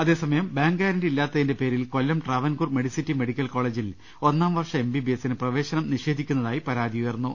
അതേസമയം bank guarantee ഇല്ലാത്തതിന്റെ പേരിൽ കൊല്ലം ട്രാവൻകൂർ മെഡിസിറ്റി മെഡിക്കൽ കോളജിൽ ഒന്നാം വർഷ എംബി ബിഎസിന് പ്രവേശനം നിഷേധിക്കുന്നതായി പരാതി ഉയർന്നു